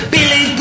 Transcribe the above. Billy